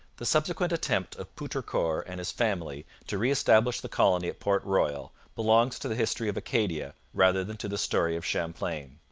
the subsequent attempt of poutrincourt and his family to re-establish the colony at port royal belongs to the history of acadia rather than to the story of champlain.